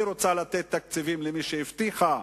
היא רוצה לתת תקציבים למי שהבטיחה.